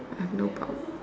I no proud